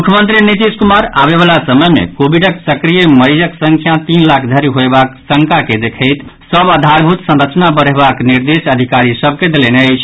मुख्यमंत्री नीतीश कुमार आबयवला समय मे कोविडक सक्रिय मरीजक संख्या तीन लाख धरि होयबाक शंका के देखैत सभ आधारभूत संरचना बढ़ेबाक निर्देश अधिकारी सभ के देलनि अछि